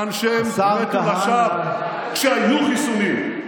של 6,400, שאנשיהן מתו לשווא כשהיו חיסונים.